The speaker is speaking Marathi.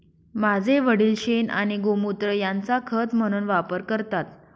माझे वडील शेण आणि गोमुत्र यांचा खत म्हणून वापर करतात